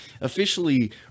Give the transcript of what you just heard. officially